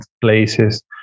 places